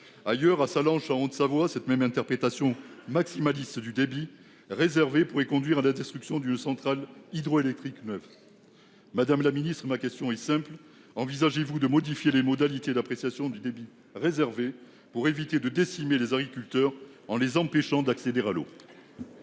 ailleurs à Sallanches en Haute-Savoie cette même interprétation maximaliste du débit réservé pour conduire à la destruction d'centrales hydroélectriques. Madame la ministre ma question est simple, envisagez-vous de modifier les modalités d'appréciation du débit réservé pour éviter de décimer les agriculteurs en les empêchant d'accéder à l'eau.